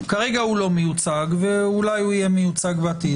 כרגע הוא לא מיוצג ואולי הוא יהיה מיוצג בעתיד,